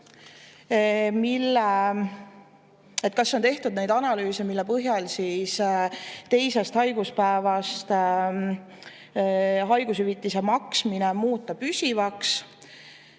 analüüse: kas on tehtud analüüse, mille põhjal teisest haiguspäevast haigushüvitise maksmine muuta püsivaks?